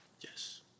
yes